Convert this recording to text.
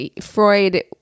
Freud